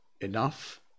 enough